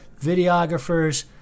videographers